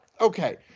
okay